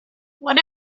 what